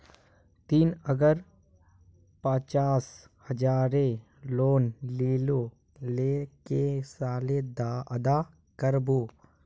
ती अगर पचास हजारेर लोन लिलो ते कै साले अदा कर बो?